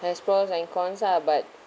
there's pros and cons ah but